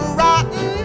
rotten